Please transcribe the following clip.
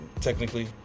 technically